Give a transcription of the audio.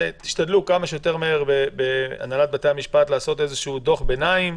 תשתדלו בהנהלת בתי המשפט לעשות כמה שיותר מהר איזה שהוא דוח ביניים.